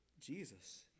Jesus